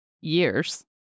years